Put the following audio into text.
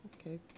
Okay